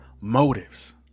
motives